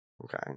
Okay